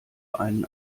einen